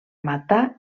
matar